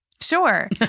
Sure